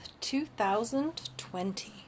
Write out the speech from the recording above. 2020